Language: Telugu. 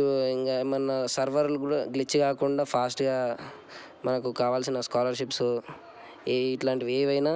ఏమన్నా సర్వర్లు గ్లిచ్ కాకుండా ఫాస్ట్గా మనకు కావాల్సిన స్కాలర్షిప్స్ ఇలాంటివి ఏవైనా